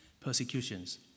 persecutions